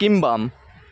kimbap